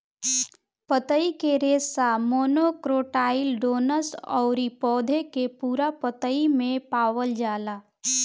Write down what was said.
पतई के रेशा मोनोकोटाइलडोनस अउरी पौधा के पूरा पतई में पावल जाला